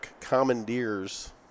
commandeers